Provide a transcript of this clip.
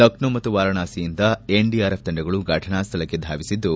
ಲಕ್ಕೊ ಮತ್ತು ವಾರಾಣಸಿಯಿಂದ ಎನ್ಡಿಆರ್ಎಫ್ ತಂಡಗಳು ಫಟನಾ ಸ್ವಳಕ್ಕೆ ಧಾವಿಸಿದ್ದು